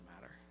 matter